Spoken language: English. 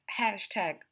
hashtag